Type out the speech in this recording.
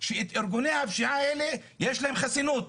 שלארגוני הפשיעה האלה יש חסינות.